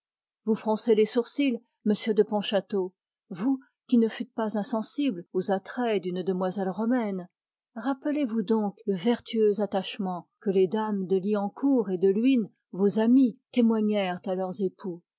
vous froncez les sourcils m de pontchâteau vous qui ne fûtes pas insensible aux attraits d'une demoiselle romaine rappelez-vous donc le vertueux attachement que les dames de liancourt et de luynes vos amies témoignèrent à leurs époux